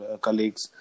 colleagues